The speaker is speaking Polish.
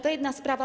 To jedna sprawa.